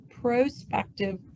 prospective